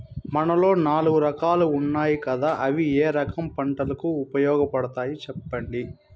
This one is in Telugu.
మన్నులో నాలుగు రకాలు ఉన్నాయి కదా అవి ఏ రకం పంటలకు ఉపయోగపడతాయి చెప్పండి?